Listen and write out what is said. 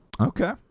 Okay